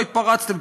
לא התפרצתם,